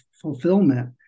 fulfillment